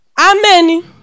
Amen